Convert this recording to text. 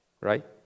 right